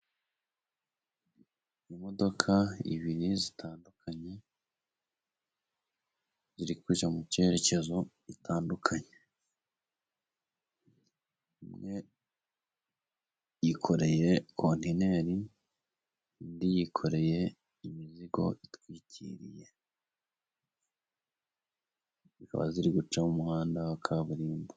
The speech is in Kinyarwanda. Imodoka ibiri zitandukanye ziri mu byerekezo bitandukanye, imwe yikoreye Kontineri indi yikoreye imizigo itwikiriye, zikaba ziri guca mu muhanda wa kaburimbo.